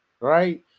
right